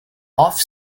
off